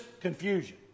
confusion